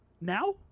now